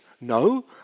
No